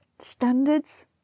standards